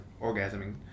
orgasming